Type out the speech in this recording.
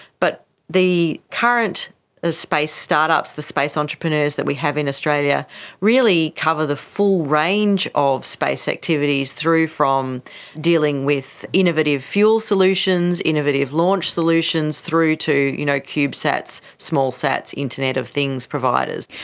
but the current ah space start-ups, the space entrepreneurs that we have in australia really cover the full range of space activities through from dealing with innovative fuel solutions, innovative launch solutions, through to you know cubesats, small sats, internet of things providers.